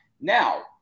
Now